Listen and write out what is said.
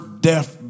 death